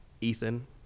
Ethan